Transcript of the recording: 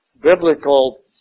biblical